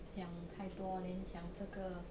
想太多 then 想这个